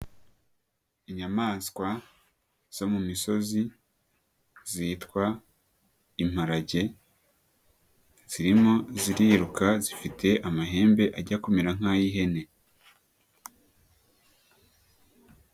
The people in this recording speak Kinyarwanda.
Inyamaswa zo mu misozi zitwa imparage zirimo ziriruka zifite amahembe ajya kumera nk'ay'ihene.